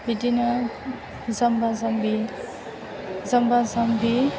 बिदिनो जाम्बा जाम्बि जाम्बा जाम्बि